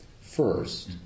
first